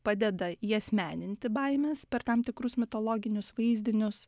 padeda įasmeninti baimes per tam tikrus mitologinius vaizdinius